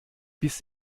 bis